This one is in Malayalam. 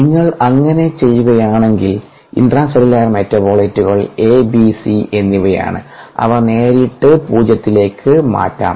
നിങ്ങൾ അങ്ങനെ ചെയ്യുകയാണെങ്കിൽ ഇൻട്രാസെല്ലുലാർ മെറ്റബോളിറ്റുകൾ ABC എന്നിവയാണ് അവ നേരിട്ട് പൂജ്യത്തിലേക്ക് മാറ്റാം